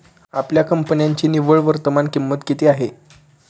आपल्या कंपन्यांची निव्वळ वर्तमान किंमत किती आहे?